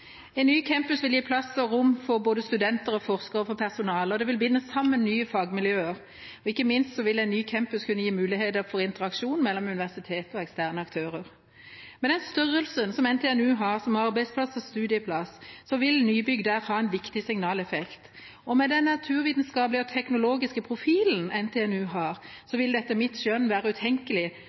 En ny campus vil gi plass og rom for både studenter, forskere og personale. Den vil binde sammen nye fagmiljøer, og ikke minst vil en ny campus kunne gi muligheter for interaksjon mellom universiteter og eksterne aktører. Med den størrelsen som NTNU har som arbeidsplass og studieplass, vil nybygg der ha en viktig signaleffekt. Og med den naturvitenskapelige og teknologiske profilen NTNU har, vil det etter mitt skjønn være utenkelig